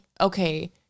okay